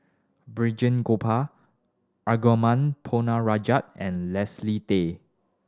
Balraj Gopal Arumugam Ponnu Rajah and Leslie Tay